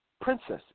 princesses